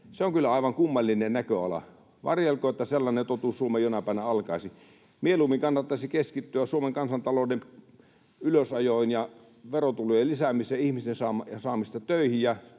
on kyllä aivan kummallinen näköala. Varjelkoon, että sellainen totuus Suomessa jonain päivänä alkaisi. Mieluummin kannattaisi keskittyä Suomen kansantalouden ylösajoon ja verotulojen lisäämiseen, ihmisten saamiseen töihin